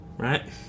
Right